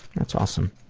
that's awesome.